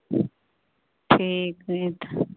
ठीक हइ तऽ